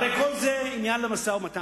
הרי כל זה עניין למשא-ומתן.